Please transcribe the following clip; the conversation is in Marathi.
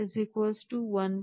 motor 1